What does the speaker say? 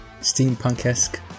steampunk-esque